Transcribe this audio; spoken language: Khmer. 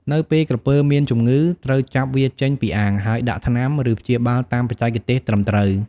នៅពេលក្រពើមានជំងឺ ត្រូវចាប់វាចេញពីអាង ហើយដាក់ថ្នាំ ឬព្យាបាលតាមបច្ចេកទេសត្រឹមត្រូវ។